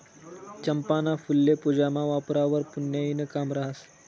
चंपाना फुल्ये पूजामा वापरावंवर पुन्याईनं काम रहास